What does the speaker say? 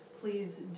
Please